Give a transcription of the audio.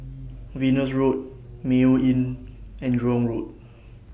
Venus Road Mayo Inn and Jurong Road